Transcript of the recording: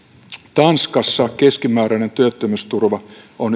tanskassa keskimääräinen työttömyysturva on